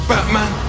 Batman